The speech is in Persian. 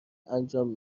انجام